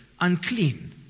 unclean